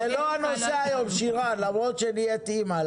שרן, זה לא הנושא היום, למרות שלאחרונה את אימא.